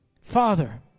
Father